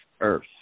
Earth